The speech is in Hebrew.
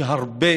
שהרבה